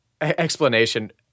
explanation